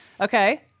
Okay